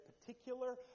particular